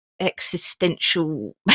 existential